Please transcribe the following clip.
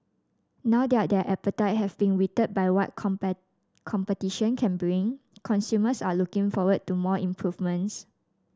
now that their appetite have been whetted by what competition can bring consumers are looking forward to more improvements